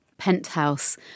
penthouse